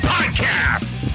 Podcast